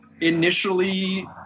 initially